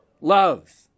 Love